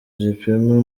gipima